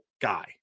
guy